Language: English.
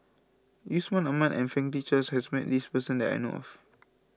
Yusman Aman and Franklin Charles has met this person that I know of